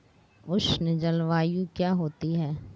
उष्ण जलवायु क्या होती है?